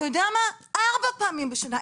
אפילו ארבע פעמים בשנה,